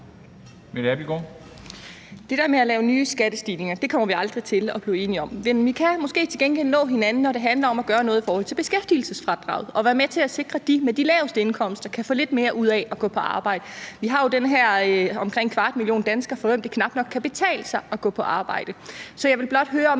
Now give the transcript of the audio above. Det der med at lave nye skattestigninger kommer vi aldrig til at blive enige om. Men vi kan måske til gengæld nå hinanden, når det handler om at gøre noget i forhold til beskæftigelsesfradraget og være med til at sikre, at de med de laveste indkomster kan få lidt mere ud af at gå på arbejde. Vi har jo omkring en kvart million danskere, for hvem det knap nok kan betale sig at gå på arbejde. Så jeg vil blot høre, om